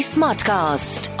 Smartcast